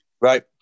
Right